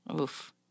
Oof